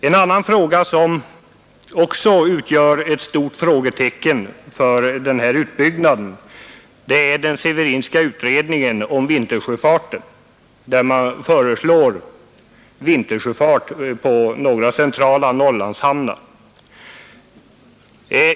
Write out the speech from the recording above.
En annan sak som också utgör ett stort frågetecken för utbyggnaden är den Severinska utredningen om vintersjöfarten där man föreslår vintersjöfart på några centrala Norrlandshamnar.